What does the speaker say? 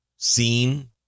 Seen